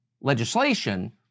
legislation